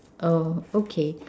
oh okay